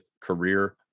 career